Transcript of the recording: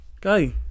go